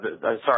Sorry